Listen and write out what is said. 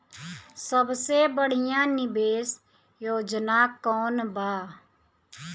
सबसे बढ़िया निवेश योजना कौन बा?